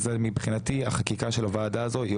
אז מבחינתי החקיקה של הוועדה הזאת היא